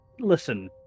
Listen